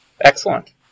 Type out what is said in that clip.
Excellent